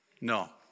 No